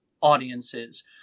audiences